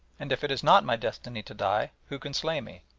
and if it is not my destiny to die, who can slay me?